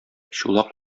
чулак